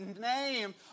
name